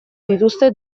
dituzte